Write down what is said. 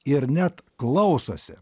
ir net klausosi